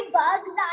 bugs